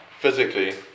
physically